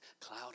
cloud